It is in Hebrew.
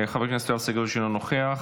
חבר הכנסת יואב סגלוביץ' אינו נוכח,